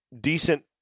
decent